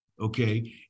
okay